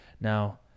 Now